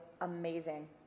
amazing